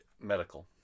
medical